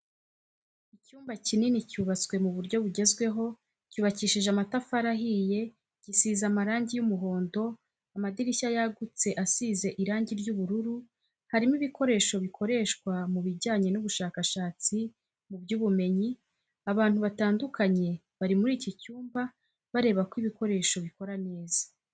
Icyumba kinini cyubatse mu buryo bugezweho cyubakishije amatafari ahiye gisize amarangi y'umuhondo, amadirishya yagutse asize irangi ry'ubururu, harimo ibikoresho bikoreshwa mu bijyanye n'ubushakashatsi mu by'ubumenyi, abantu batandukanye bari muri iki cyumba bareba ko ibikoresho bikora neza.